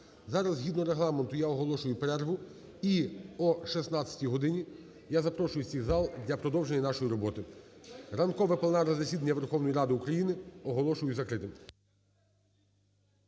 Зараз згідно Регламенту я оголошую перерву. І о 16 годині я запрошую всіх в зал для продовження нашої роботи. Ранкове пленарне засідання Верховної Ради України оголошую закритим.